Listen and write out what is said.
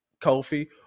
Kofi